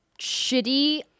shitty